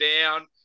down